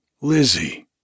Lizzie